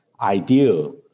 ideal